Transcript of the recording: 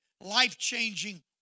life-changing